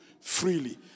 freely